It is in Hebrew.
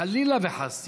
חלילה וחס,